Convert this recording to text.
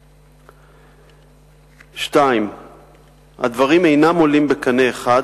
2. הדברים אינם עולים בקנה אחד,